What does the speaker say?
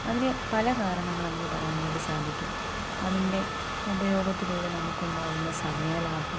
അതിനു പല കാരണങ്ങൾ നമുക്ക് പറയാനായിട്ടു സാധിക്കും അതിൻ്റെ ഉപയോഗത്തിലൂടെ നമുക്കുണ്ടാകുന്ന സമയ ലാഭം